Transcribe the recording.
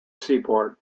seaport